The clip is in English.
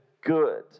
good